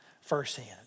firsthand